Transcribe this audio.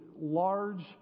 large